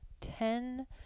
Ten